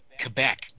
Quebec